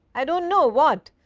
i do not know what.